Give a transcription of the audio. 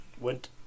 went